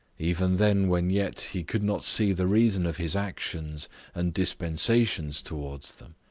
even then when yet he could not see the reason of his actions and dispensations towards them.